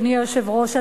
אדוני היושב-ראש,